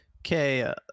Okay